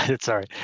Sorry